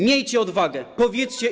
Miejcie odwagę, powiedzcie im.